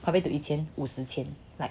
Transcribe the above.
probably to 一千五十千 like